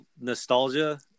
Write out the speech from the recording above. nostalgia